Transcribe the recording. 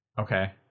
Okay